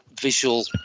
visual